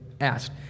asked